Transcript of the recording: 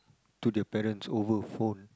to their parents over a phone